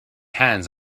hands